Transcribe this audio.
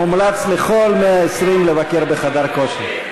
מומלץ לכל ה-120 לבקר בחדר הכושר.